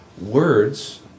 Words